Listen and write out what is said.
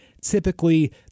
Typically